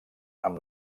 amb